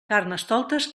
carnestoltes